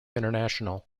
international